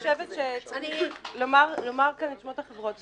אני חושבת שצריך לומר כאן את שמות החברות.